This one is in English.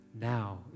Now